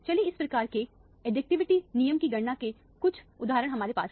चलिए इस प्रकार के एडिटिविटी नियम की गणना के कुछ उदाहरण हमारे पास हैं